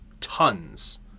tons